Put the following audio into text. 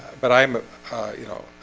but i'm you know,